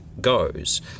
goes